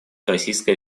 российская